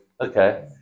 Okay